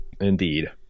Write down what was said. Indeed